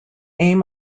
aim